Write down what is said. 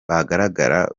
bagaragara